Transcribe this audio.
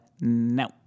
no